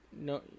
no